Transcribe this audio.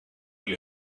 you